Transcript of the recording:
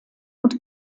und